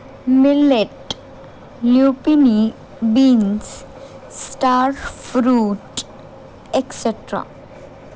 millet lupini beans star fruit etcetera